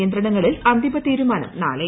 നിയന്ത്രണങ്ങളിൽ അന്തിമ തീരുമാനം നാളെ